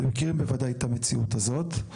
אתם מכירים בוודאי את המציאות הזאת.